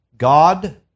God